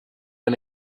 and